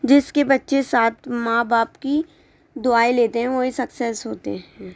جس کے بچے ساتھ ماں باپ کی دعائیں لیتے ہیں وہی سکسیز ہوتے ہیں